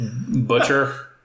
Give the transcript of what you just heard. butcher